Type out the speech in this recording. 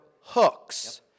hooks